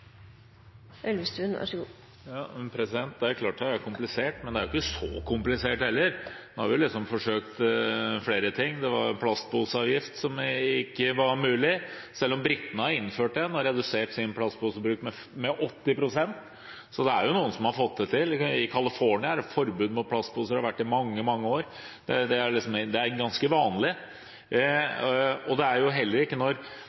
klart det er komplisert, men det er ikke så komplisert heller. Vi har forsøkt flere ting. Det var plastposeavgift, som ikke var mulig – selv om britene har innført en og har redusert sin plastposebruk med 80 pst. Så det er jo noen som har fått det til. I California er det forbud mot plastposer og har vært det i mange, mange år. Det er ganske vanlig. Når statsråden sier at bioplast ikke